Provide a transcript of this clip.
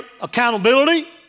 accountability